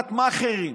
בחבורת מאכערים.